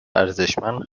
ارزشمند